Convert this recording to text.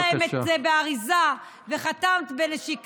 עטפת להם את זה באריזה וחתמת בנשיקה.